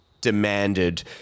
demanded